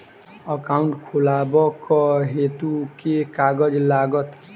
Account खोलाबक हेतु केँ कागज लागत?